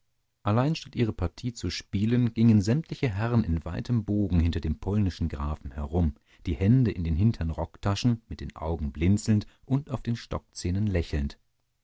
allein statt ihre partie zu spielen gingen sämtliche herren in weitem bogen hinter dem polnischen grafen herum die hände in den hintern rocktaschen mit den augen blinzelnd und auf den stockzähnen lächelnd